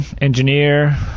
engineer